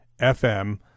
fm